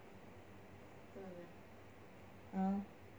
ah